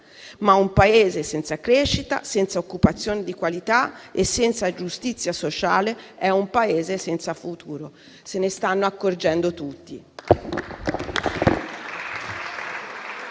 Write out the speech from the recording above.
Ma un Paese senza crescita, senza occupazione di qualità e senza giustizia sociale è un Paese senza futuro. Se ne stanno accorgendo tutti.